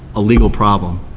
a legal problem,